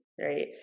Right